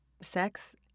sex